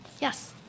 Yes